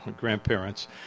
grandparents